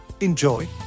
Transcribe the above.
Enjoy